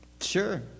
Sure